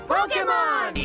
Pokemon